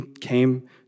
came